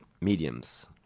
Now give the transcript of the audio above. mediums